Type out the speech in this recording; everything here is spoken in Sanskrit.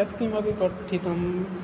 यत्किमपि पठितम्